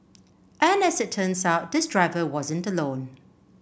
and as it turns out this driver wasn't alone